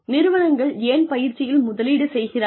நிறுவனங்கள் ஏன் பயிற்சியில் முதலீடு செய்கிறார்கள்